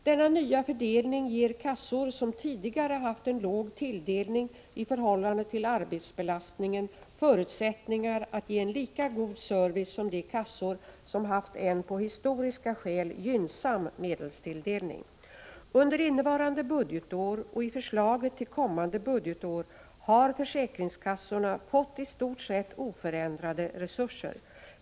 Denna nya fördelning ger kassor som tidigare haft en låg tilldelning i förhållande till arbetsbelastningen förutsättningar att ge en lika god service som de kassor som haft en på historiska skäl gynnsam medelstilldelning. Under innevarande budgetår och i förslaget till kommande budgetår har försäkringskassorna fått i stort sett oförändrade resurser.